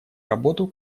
работу